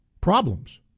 problems